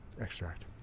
Extract